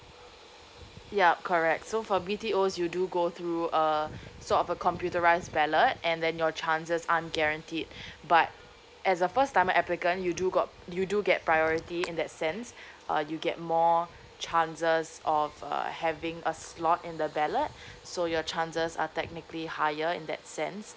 yup correct so for B_T_Os you do go through err sort of a computerised ballot and then your chances aren't guaranteed but as a first time applicant you do got you do get priority in that sense uh you get more chances of uh having a slot in the ballot so your chances are technically higher in that sense